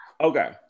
Okay